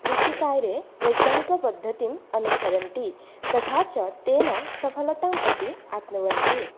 कृषिकार्ये वैज्ञानिकपद्धतिम् अनुसरन्ति तथा च तेन सफलतामपि आप्नुवन्ति